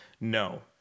no